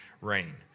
rain